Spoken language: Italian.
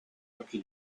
occhi